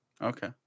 Okay